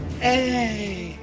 Hey